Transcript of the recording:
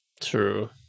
True